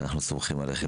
ואנחנו סומכים עליכם.